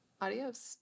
Adios